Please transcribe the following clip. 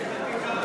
לאנשים.